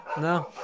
No